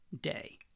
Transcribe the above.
day